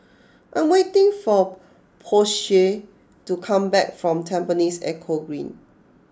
I am waiting for Posey to come back from Tampines Eco Green